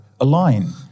align